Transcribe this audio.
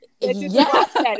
yes